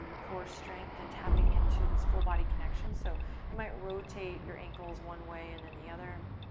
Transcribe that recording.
um core strength and tapping into this full body connection. so you might rotate your ankles one way and then the other.